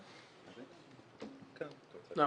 לא,